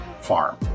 Farm